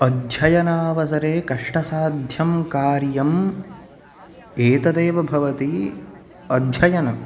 अध्ययनावसरे कष्टसाध्यं कार्यम् एतदेव भवति अध्ययनं